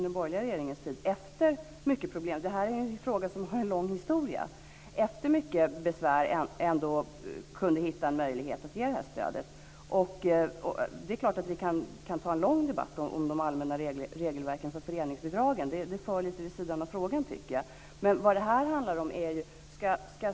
Den borgerliga regeringen kunde 1994 efter mycket besvär ändå hitta en möjlighet att ge det här stödet. Det är klart att vi kan föra en lång debatt om de allmänna regelverken för föreningsbidragen, men jag tycker att det för lite vid sidan av frågan.